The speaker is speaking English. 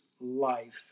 life